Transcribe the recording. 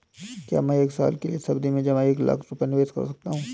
क्या मैं एक साल के लिए सावधि जमा में एक लाख रुपये निवेश कर सकता हूँ?